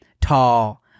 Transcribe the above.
tall